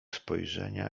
spojrzenia